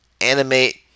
Animate